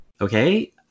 Okay